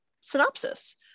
synopsis